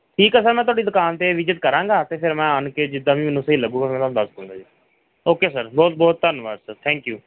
ਠੀਕ ਆ ਸਰ ਮੈਂ ਤੁਹਾਡੀ ਦੁਕਾਨ 'ਤੇ ਵਿਜਿਟ ਕਰਾਂਗਾ ਅਤੇ ਫਿਰ ਮੈਂ ਆਣ ਕੇ ਜਿੱਦਾਂ ਵੀ ਮੈਨੂੰ ਸਹੀ ਲੱਗੂਗਾ ਫਿਰ ਮੈਂ ਤੁਹਾਨੂੰ ਦੱਸ ਦੂੰਗਾ ਜੀ ਓਕੇ ਸਰ ਬਹੁਤ ਬਹੁਤ ਧੰਨਵਾਦ ਸਰ ਥੈਂਕ ਯੂ